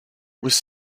was